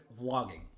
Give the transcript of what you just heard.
vlogging